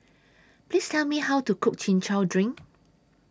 Please Tell Me How to Cook Chin Chow Drink